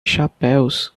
chapéus